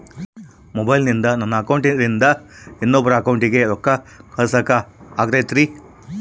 ಮೊಬೈಲಿಂದ ನನ್ನ ಅಕೌಂಟಿಂದ ಇನ್ನೊಬ್ಬರ ಅಕೌಂಟಿಗೆ ರೊಕ್ಕ ಕಳಸಾಕ ಆಗ್ತೈತ್ರಿ?